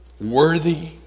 worthy